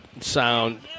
sound